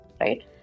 right